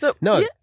No